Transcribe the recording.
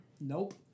Nope